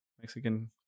Mexican